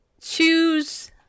choose